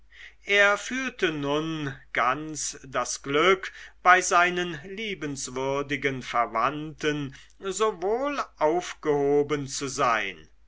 er fühlte nun ganz das glück bei seinen liebenswürdigen verwandten so wohl aufgehoben zu sein